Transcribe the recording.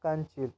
कांचीर